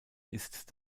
ist